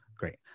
Great